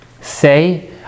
say